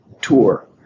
tour